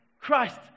Christ